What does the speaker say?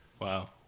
wow